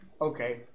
Okay